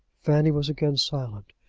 fanny was again silent,